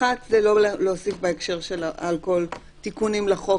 האחת היא לא להוסיף בהקשר של האלכוהול תיקונים לחוק,